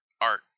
art